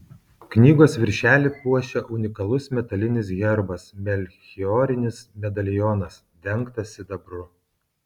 knygos viršelį puošia unikalus metalinis herbas melchiorinis medalionas dengtas sidabru